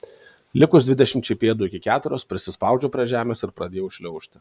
likus dvidešimčiai pėdų iki keteros prisispaudžiau prie žemės ir pradėjau šliaužti